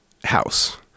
house